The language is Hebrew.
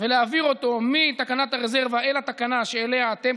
ולהעביר אותו מתקנת הרזרבה אל התקנה שאליה אתם,